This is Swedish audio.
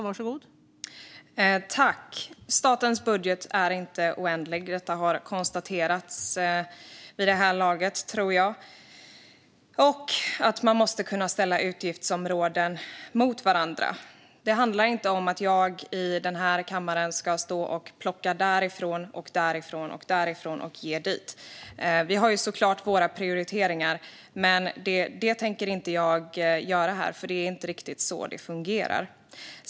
Fru talman! Statens budget är inte oändlig. Det tror jag har konstaterats vid det här laget. Man måste kunna ställa utgiftsområden mot varandra. Det handlar inte om att jag i den här kammaren ska stå och plocka därifrån, därifrån och därifrån och ge dit. Vi har såklart våra prioriteringar. Men det tänker inte jag göra här. Det är inte riktigt så det fungerar.